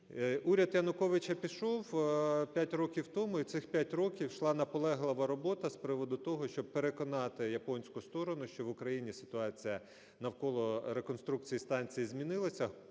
Уряд Януковича пішов 5 років тому, і цих 5 років йшла наполеглива робота з приводу того, щоб переконати японську сторону, що в Україні ситуація навколо реконструкції станції змінилася,